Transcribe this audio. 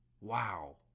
wow